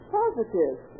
Positive